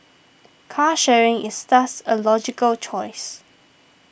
car sharing is thus a logical choice